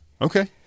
Okay